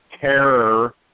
terror